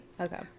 Okay